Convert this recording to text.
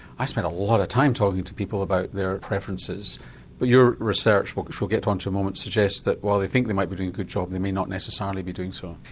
i spent a lot of time talking to people about their preferences. but your research which we shall get onto in a moment suggests that while they think they might be doing a good job they may not necessarily be doing so.